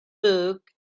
book